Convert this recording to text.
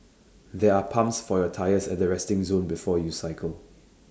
there are pumps for your tyres at the resting zone before you cycle